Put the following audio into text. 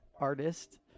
artist